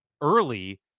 early